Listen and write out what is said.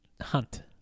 Hunt